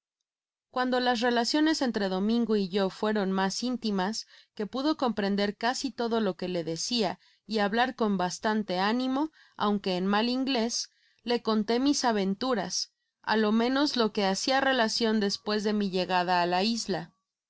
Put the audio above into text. cuando las relaciones entre domingo y yo fueron mas intimas que pudo comprender casi todo lo que le decia y hablar con bastante ánimo aunque en mal inglés le conté mis aventuras á lo menos lo que hacia relacion despues de mi llegada á la isla